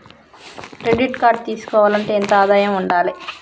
Credit card తీసుకోవాలంటే ఎంత ఆదాయం ఉండాలే?